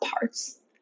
parts